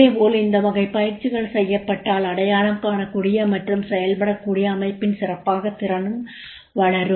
இதேபோல் இந்த வகை பயிற்சிகள் செய்யப்பட்டால் அடையாளம் காணக்கூடிய மற்றும் செயல்படக்கூடிய அமைப்பின் சிறப்பான திறனும் வளரும்